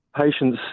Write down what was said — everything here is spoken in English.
patients